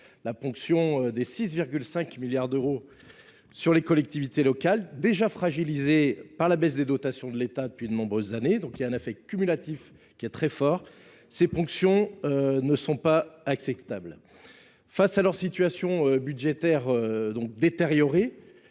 la ponction des 6,5 milliards d’euros sur les collectivités locales, déjà fragilisées par la baisse des dotations de l’État depuis de nombreuses années – n’oublions pas l’effet cumulatif de toutes ces mesures –, n’est pas acceptable. Face à leur situation budgétaire détériorée,